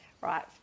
right